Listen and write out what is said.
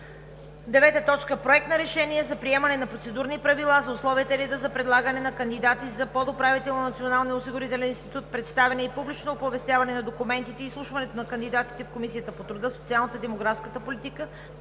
2020 г. 9. Проект на решение за приемане на Процедурни правила за условията и реда за предлагане на кандидати за подуправител на Националния осигурителен институт, представяне и публично оповестяване на документите и изслушването на кандидатите в Комисията по труда, социалната и демографската политика,